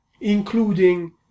including